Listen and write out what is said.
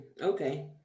Okay